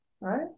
right